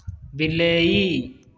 ବିଲେଇ